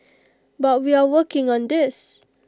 but we are working on this